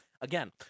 again